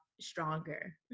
stronger